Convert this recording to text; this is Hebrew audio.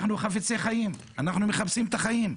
אנחנו חפצי חיים, אנחנו מחפשים את החיים.